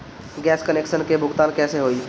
Gas connection के भुगतान कैसे होइ?